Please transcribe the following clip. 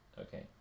Okay